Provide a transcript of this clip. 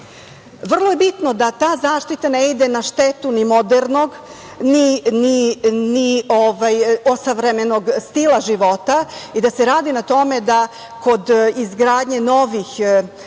je bitno da ta zaštita ne ide na štetu ni modernog ni osavremenog stila života i da se radi na tome da kod izgradnje novih